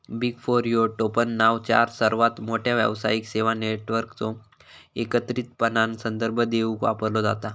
big four ह्यो टोपणनाव चार सर्वात मोठ्यो व्यावसायिक सेवा नेटवर्कचो एकत्रितपणान संदर्भ देवूक वापरलो जाता